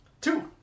Two